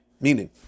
Meaning